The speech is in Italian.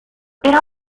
era